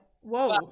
whoa